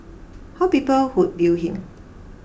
how people would view him